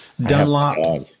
Dunlop